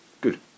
Good